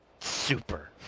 Super